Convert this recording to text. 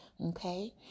okay